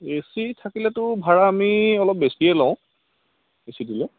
AC থাকিলেটো ভাৰা আমি অলপ বেছিয়ে লওঁ এচি দিলে